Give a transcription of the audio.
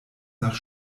nach